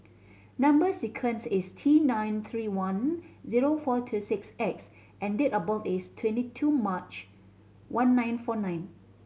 number sequence is T nine three one zero four two six X and date of birth is twenty two March one nine four nine